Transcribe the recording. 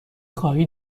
خواهی